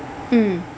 mm